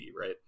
right